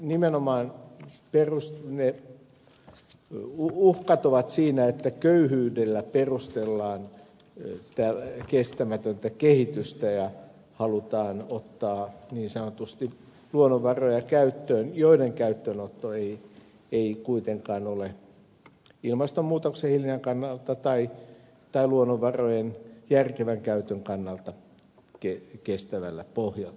nimenomaan ne uhkat ovat siinä että köyhyydellä perustellaan kestämätöntä kehitystä ja halutaan ottaa niin sanotusti luonnonvaroja käyttöön joiden käyttöönotto ei kuitenkaan ole ilmastonmuutoksen hillinnän kannalta tai luonnonvarojen järkevän käytön kannalta kestävällä pohjalla